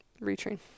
retrain